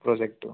প্ৰজে্টটো